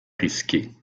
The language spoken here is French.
risqué